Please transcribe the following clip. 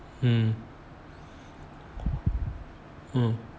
mm um